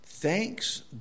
Thanks